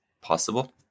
possible